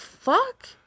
fuck